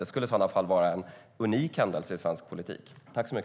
Det skulle i sådana fall vara en unik händelse i svensk politik.